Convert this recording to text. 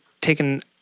taken